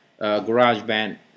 GarageBand